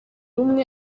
umwe